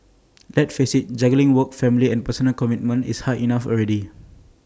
let's face IT juggling work family and personal commitments is hard enough already